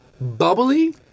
bubbly